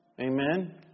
Amen